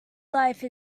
life